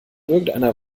irgendeiner